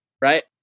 right